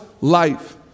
life